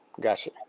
Gotcha